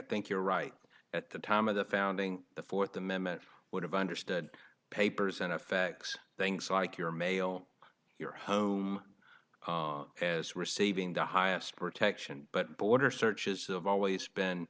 think you're right at the time of the founding the fourth amendment would have understood papers and effects things like your mail your home as receiving the highest protection but border searches have always been